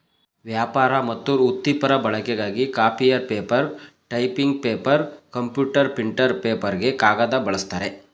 ವ್ಯಾಪಾರ ಮತ್ತು ವೃತ್ತಿಪರ ಬಳಕೆಗಾಗಿ copier paper typing paper computer printer ಪೇಪರ್ಗೆ ಕಾಗದ ಬಳಸ್ತಾರೆ